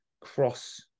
cross